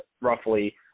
roughly